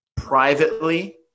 Privately